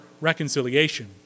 reconciliation